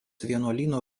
vienuolyno